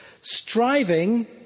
striving